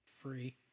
free